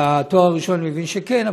בתואר ראשון אני מבין שכן,